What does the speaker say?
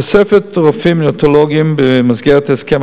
תוספת רופאים נאונטולוגים: במסגרת הסכם